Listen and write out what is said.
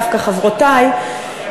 דווקא חברותי,